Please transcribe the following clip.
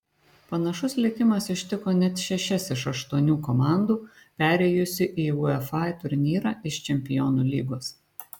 panašus likimas ištiko net šešias iš aštuonių komandų perėjusių į uefa turnyrą iš čempionų lygos